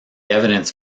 evidence